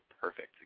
Perfect